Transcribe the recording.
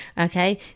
okay